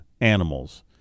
animals